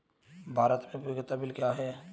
भारत में उपयोगिता बिल क्या हैं?